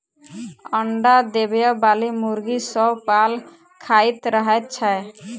अंडा देबयबाली मुर्गी सभ पाल खाइत रहैत छै